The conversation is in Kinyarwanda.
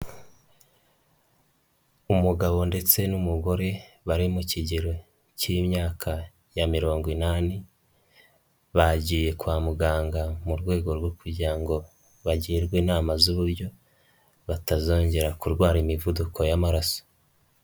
Umugabo ndetse n'umugore bari mu kigero k'imyaka ya mirogo inani bagiye kwa muganga, mu rwego rwo kugira ngo bagirwe inama z'uburyo batazongera kurwara imivuduko y'amaraso.